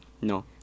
No